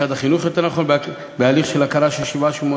משרד החינוך, יותר נכון, בהליך של הכרה בשבעה,